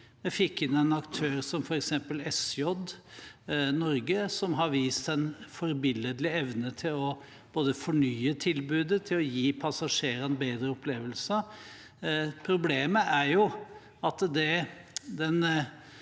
Vi fikk inn en aktør som f.eks. SJ Norge, som har vist en forbilledlig evne til både å fornye tilbudet og gi passasjerene bedre opplevelser. Problemet er at det